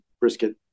brisket